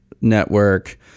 Network